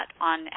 on